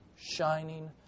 shining